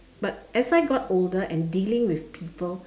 but as I got older and dealing with people